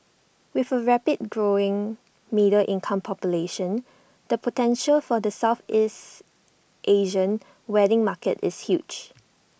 with A rapidly growing middle income population the potential for the Southeast Asian wedding market is huge